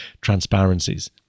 transparencies